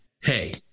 Hey